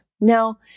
Now